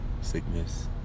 sickness